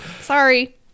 sorry